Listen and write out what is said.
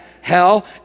hell